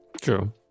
True